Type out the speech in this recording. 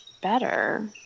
better